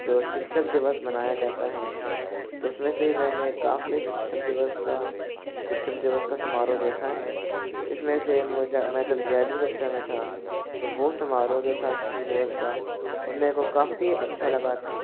जो शिक्षक दिवस मनाया जाता है तो उसमें से मैंने काफ़ी शिक्षक दिवस का शिक्षक दिवस का समारोह देखा है इसमें से मुझे ग्यारवीं कक्षा में था तो वह समारोह जो था शिक्षक दिवस का और मेरे को काफ़ी अच्छा लगा था